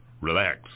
Relax